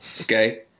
Okay